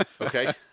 okay